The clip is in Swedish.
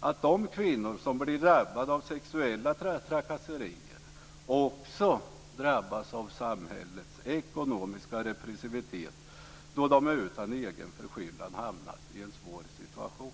att de kvinnor som blir drabbade av sexuella trakasserier också drabbas av samhällets ekonomiska repressivitet då de utan egen förskyllan hamnat i en svår situation.